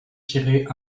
tirées